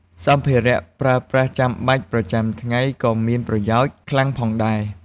សម្ភារៈប្រើប្រាស់ចាំបាច់ប្រចាំថ្ងៃក៏មានប្រយោជន៍ខ្លាំងផងដែរ។